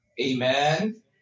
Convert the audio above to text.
Amen